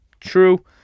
true